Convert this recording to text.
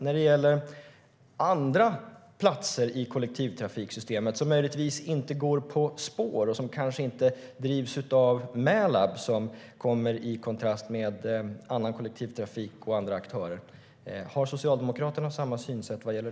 När det gäller andra delar i kollektivtrafiksystemet som kanske inte går på spår och kanske inte drivs av Mälab, i kontrast mot annan kollektivtrafik och andra aktörer, har Socialdemokraterna samma synsätt där?